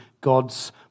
God's